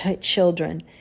children